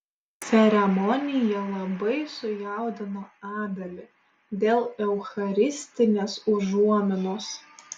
ceremonija labai sujaudino abelį dėl eucharistinės užuominos